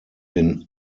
den